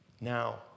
Now